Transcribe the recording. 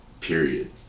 period